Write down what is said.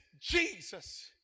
Jesus